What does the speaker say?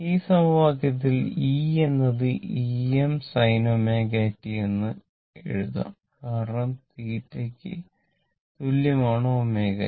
ഈ സമവാക്യത്തിൽ e എന്നത് Emsinωt എന്ന് എഴുതാം കാരണം θ ക്ക് തുല്യമാണ് ω t